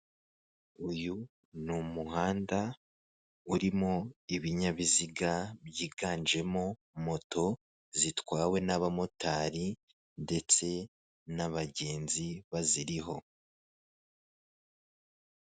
Uyu n'umuhanda urimo ibinyabiziga byiganjemo moto zitwawe n'abamotari ndetse n'abagenzi baziriho.